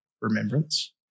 remembrance